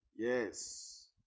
Yes